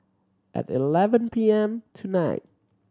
at eleven P M tonight